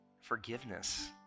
forgiveness